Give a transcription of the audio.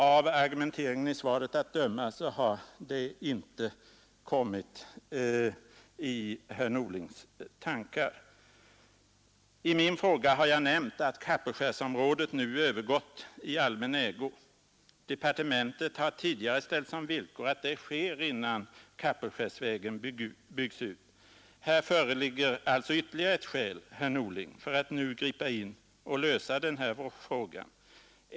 Av argumenteringen i svaret att döma har herr Norling inte någon tanke på det. I min fråga har jag nämnt att Kapellskärsområdet nu har övergått i allmän ägo. Departementet har tidigare ställt som villkor att det sker innan Kapellskärsvägen byggs ut. Här föreligger alltså ytterligare ett skäl, herr Norling, för att nu lösa frågan.